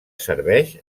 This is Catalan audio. serveix